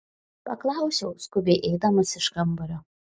paklausiau skubiai eidamas iš kambario